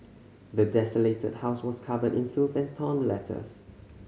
the desolated house was covered in filth and torn letters